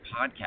podcast